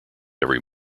every